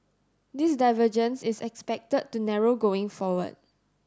this divergence is expected to narrow going forward